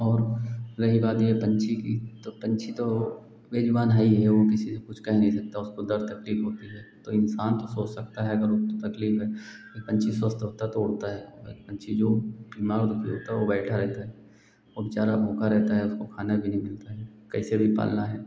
और रही बात यह पक्षी की तो पक्षी तो वह बेजुबान है ही है वह किसी को कुछ कह नहीं सकता उसको दर्द पेन होती है तो इंसान सोच सकता है अगर तकलीफ़ कि पक्षी अगर स्वस्थ होता तो उड़ता है हालाँकि पक्षी जो ना वह बैठा रहता वह बेचारा भूखा रहता है उसको खाना भी नहीं मिलता है कैसे भी पालना है